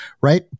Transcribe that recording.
Right